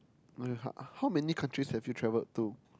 oh yeah how many countries have you travelled to